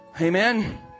amen